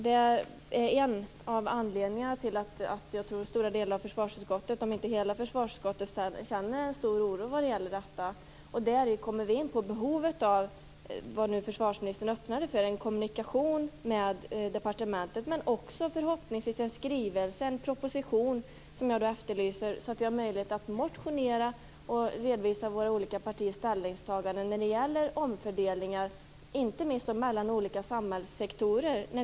Detta är alltså en av anledningarna till att stora delar av - om inte hela - försvarsutskottet känner en stor oro för detta. Därmed kommer vi in på behovet av det som försvarsministern öppnade för, nämligen en kommunikation med departementet. Förhoppningsvis kommer det också en skrivelse eller en proposition, som jag efterlyser, så att vi har möjlighet att motionera och redovisa våra olika partiers ställningstaganden när det gäller omfördelningar, inte minst mellan olika samhällssektorer.